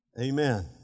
Amen